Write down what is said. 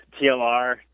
TLR